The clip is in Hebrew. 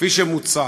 כפי שמוצע.